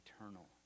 eternal